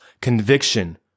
conviction